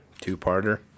two-parter